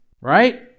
right